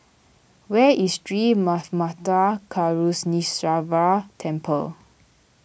where is Sri Manmatha Karuneshvarar Temple